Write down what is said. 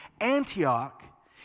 Antioch